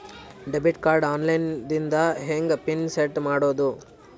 Debit card online ದಿಂದ ಹೆಂಗ್ pin set ಮಾಡೋದು?